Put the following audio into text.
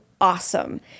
awesome